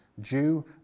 Jew